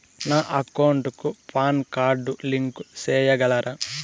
నా అకౌంట్ కు PAN card link సేయగలరా?